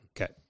Okay